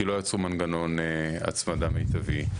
כי לא יצרו מנגנון הצמדה מיטבי,